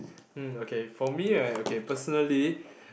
hmm okay for me right okay personally